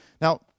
Now